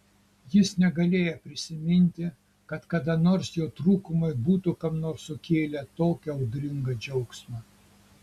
jis negalėjo prisiminti kad kada nors jo trūkumai būtų kam nors sukėlę tokį audringą džiaugsmą